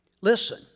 Listen